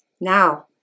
Now